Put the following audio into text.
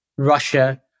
Russia